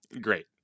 Great